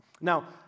Now